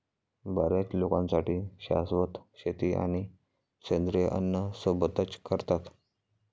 बर्याच लोकांसाठी शाश्वत शेती आणि सेंद्रिय अन्न सोबतच करतात